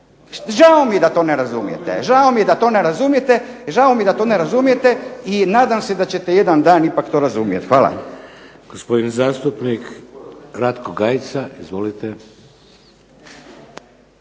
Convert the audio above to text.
ili talijanski. Žao mi je da to ne razumijete, žao mi je da to ne razumijete i nadam se da ćete jedan dan ipak to razumjeti. Hvala. **Šeks, Vladimir (HDZ)** Gospodin zastupnik Ratko Gajica, izvolite.